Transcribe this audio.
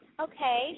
Okay